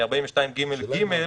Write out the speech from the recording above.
42ג(ג),